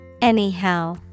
Anyhow